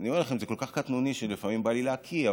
זה כל כך קטנוני שלפעמים בא לי להקיא,